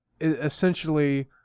essentially